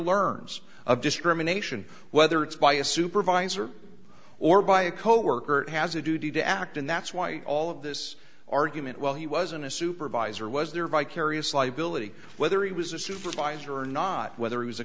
learns of discrimination whether it's by a supervisor or by a coworker it has a duty to act and that's why all of this argument well he wasn't a supervisor was there vicarious liability whether he was a supervisor or not whether it was a